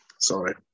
Sorry